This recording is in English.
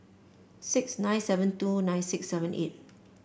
six nine seven two nine six seven eight